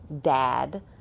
dad